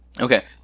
Okay